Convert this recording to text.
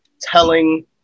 telling